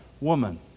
woman